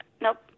nope